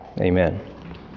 amen